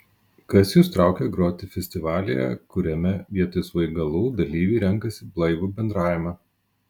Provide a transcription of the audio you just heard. kas jus traukia groti festivalyje kuriame vietoj svaigalų dalyviai renkasi blaivų bendravimą